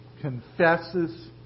confesses